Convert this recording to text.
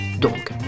Donc